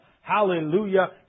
hallelujah